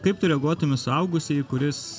kaip tu reaguotum į suaugusįjį kuris